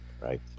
Right